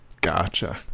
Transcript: Gotcha